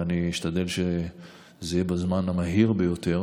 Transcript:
ואני אשתדל שזה יהיה בזמן המהיר ביותר